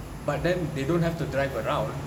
but then they don't have to drive around